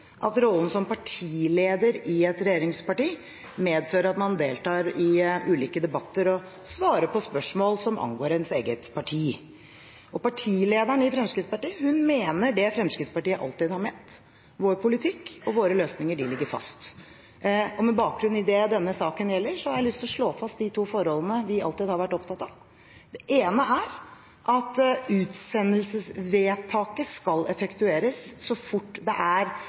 at rollen som partileder i et regjeringsparti medfører at man deltar i ulike debatter og svarer på spørsmål som angår ens eget parti, og partilederen i Fremskrittspartiet mener det Fremskrittspartiet alltid har ment: Vår politikk og våre løsninger ligger fast. Med bakgrunn i det denne saken gjelder, har jeg lyst til å slå fast de to forholdene vi alltid har vært opptatt av. Det ene er at utsendelsesvedtaket skal effektueres så fort forholdene ligger til rette for det. Det andre er